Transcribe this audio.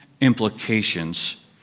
implications